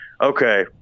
Okay